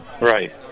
Right